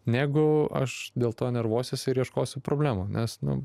negu aš dėl to nervuosiuosi ir ieškosiu problemų nes nu